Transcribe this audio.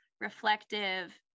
reflective